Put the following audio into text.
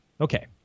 okay